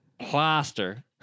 plaster